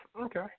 Okay